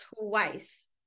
twice